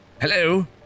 Hello